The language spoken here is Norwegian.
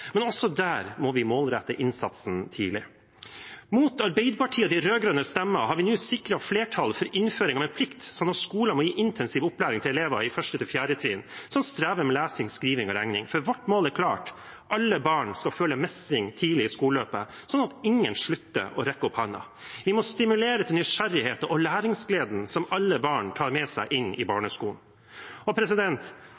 men også der må vi målrette innsatsen tidlig. Mot Arbeiderpartiets og de rød-grønnes stemmer har vi nå sikret flertall for innføring av en plikt, sånn at skolene må gi intensiv opplæring til elever på 1.–4. trinn som strever med lesing, skriving og regning, for vårt mål er klart: Alle barn skal føle mestring tidlig i skoleløpet, sånn at ingen slutter å rekke opp hånda. Vi må stimulere til nysgjerrighet og til den læringsgleden som alle barn tar med seg inn i